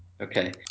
okay